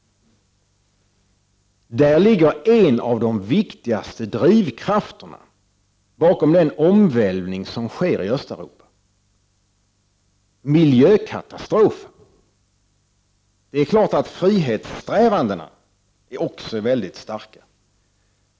Där ligger en av de viktigaste drivkrafterna bakom den omvälvning som sker i Östeuropa — miljökatastrofen. Det är klart att frihetssträvandena också är mycket starka.